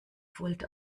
volt